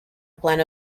plan